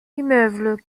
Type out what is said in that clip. immeuble